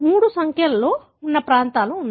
మూడు సంఖ్యలో ఉన్న ప్రాంతాలు ఉన్నాయి